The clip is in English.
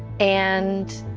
and